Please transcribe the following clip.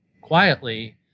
quietly